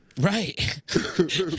Right